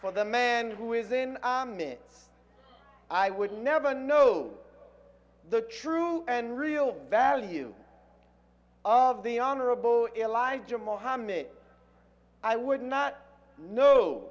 for the man who is in our midst i would never know the true and real value of the honorable elijah mohammed i would not kno